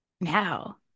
now